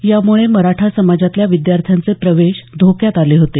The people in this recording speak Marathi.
यामुळे मराठा समाजातल्या विद्यार्थ्यांचे प्रवेश धोक्यात आले होते